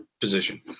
position